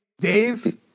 Dave